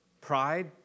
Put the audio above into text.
pride